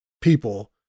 people